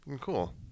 cool